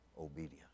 obedience